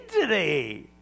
today